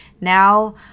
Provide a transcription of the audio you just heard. Now